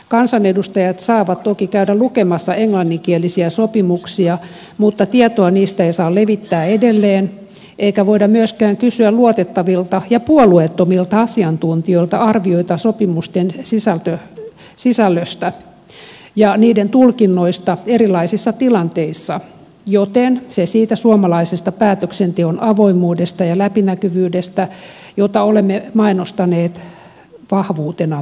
kansanedustajat saavat toki käydä lukemassa englanninkielisiä sopimuksia mutta tietoa niistä ei saa levittää edelleen eikä voida myöskään kysyä luotettavilta ja puolueettomilta asiantuntijoilta arvioita sopimusten sisällöstä ja niiden tulkinnoista erilaisissa tilanteissa joten se siitä suomalaisesta päätöksenteon avoimuudesta ja läpinäkyvyydestä jota olemme mainostaneet vahvuutenamme myös